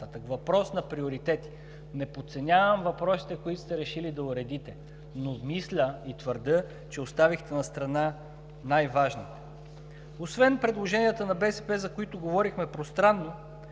Въпрос на приоритети. Не подценявам въпросите, които сте решили да уредите, но мисля и твърдя, че оставихте настрана най-важното. Освен предложенията на БСП, за които говорихме пространно,